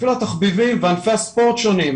אפילו התחביבים וענפי הספורט שונים.